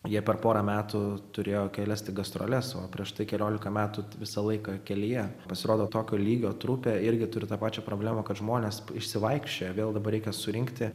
jie per porą metų turėjo kelias tik gastroles o prieš tai keliolika metų visą laiką kelyje pasirodo tokio lygio trupė irgi turiu tą pačią problemą kad žmonės išsivaikščiojo vėl dabar reikia surinkti